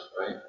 right